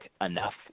enough